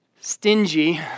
stingy